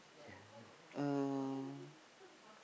uh